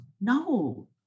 No